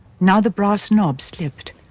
now the brass knob slipped.